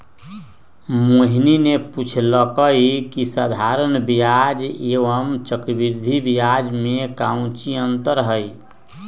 मोहिनी ने पूछल कई की साधारण ब्याज एवं चक्रवृद्धि ब्याज में काऊची अंतर हई?